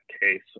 case